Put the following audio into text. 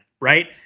Right